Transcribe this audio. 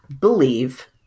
believe